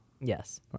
Yes